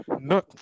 No